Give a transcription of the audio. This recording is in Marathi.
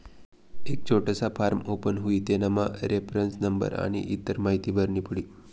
एक छोटासा फॉर्म ओपन हुई तेनामा रेफरन्स नंबर आनी इतर माहीती भरनी पडी